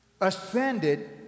ascended